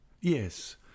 Yes